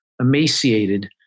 emaciated